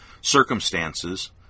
circumstances